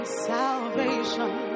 salvation